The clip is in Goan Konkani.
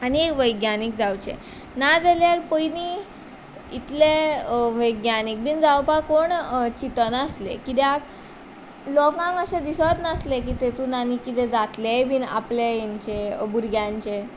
आनी वैज्ञानीक जावचे नाजाल्यार पयलीं इतले वैज्ञानीक बीन जावपाक कोण चिंतनासले किद्याक लोकांक अशें दिसत नासलें की तेतून आनी कितें जातलेंय बीन आपलें हेंचें भुरग्यांचें